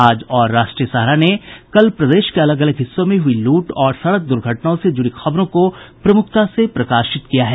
आज और राष्ट्रीय सहारा ने कल प्रदेश के अलग अलग हिस्सों में हुई लूट और सड़क दुर्घटनाओं से जुड़ी खबरों को प्रमुखता से प्रकाशित किया है